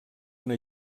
una